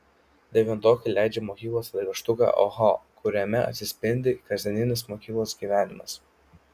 devintokai leidžia mokyklos laikraštuką oho kuriame atsispindi kasdieninis mokyklos gyvenimas